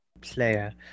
player